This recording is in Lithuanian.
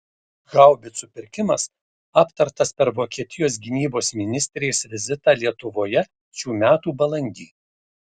haubicų pirkimas aptartas per vokietijos gynybos ministrės vizitą lietuvoje šių metų balandį